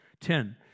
Ten